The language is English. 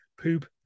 poop